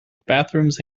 bathrooms